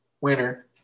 winner